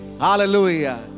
Hallelujah